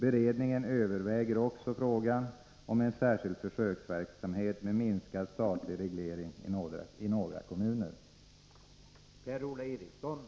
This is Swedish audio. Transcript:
Beredningen överväger också frågan om en särskild försöksverksamhet med minskad statlig reglering i några kommuner. attminska antalet centrala anvisningar